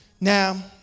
Now